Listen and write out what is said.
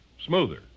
smoother